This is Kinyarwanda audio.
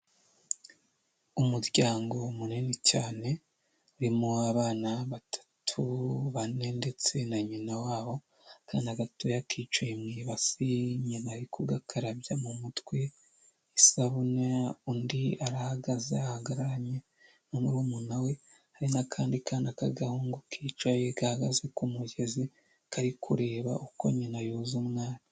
Umuryango munini cyane urimo abana batatu, bane ndetse na nyina wabo, akana gatoya kicaye mu ibasi nyina ari kugakarabya mu mutwe isabune undi arahagaze ahagararanye na murumuna we hari n'akandi kana k'agahungu kicaye gahagaze ku mugezi kari kureba uko nyina yoza umwana.